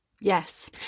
yes